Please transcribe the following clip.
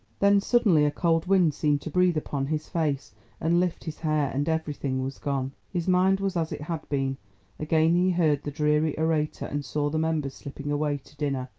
then suddenly a cold wind seemed to breathe upon his face and lift his hair, and everything was gone. his mind was as it had been again he heard the dreary orator and saw the members slipping away to dinner.